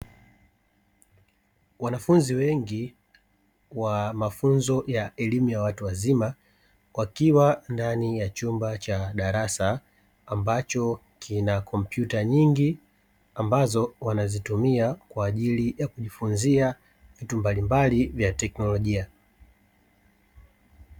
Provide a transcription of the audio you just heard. Wanafunzi wengi wakipata mafunzo ya elimu ya watu wazima, wakiwa ndani ya chumba cha darasa, chenye kompyuta nyingi ambazo wanazitumia kujifunza vitu mbalimbali vya teknolojia.